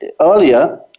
earlier